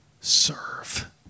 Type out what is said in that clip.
serve